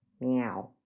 Meow